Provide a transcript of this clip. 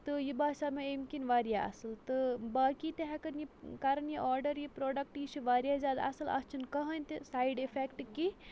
تہٕ یہِ باسیو مےٚ اَمہِ کِنۍ واریاہ اَصٕل تہٕ باقی تہِ ہٮ۪کَن یہِ کَرَن یہِ آرڈَر یہِ پروڈَکٹ یہِ چھُ واریاہ زیادٕ اَصٕل اَتھ چھُنہٕ کٕہٕنۍ تہِ سایِڈ اِفٮ۪کٹ کیٚنٛہہ